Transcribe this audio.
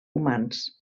humans